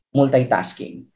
multitasking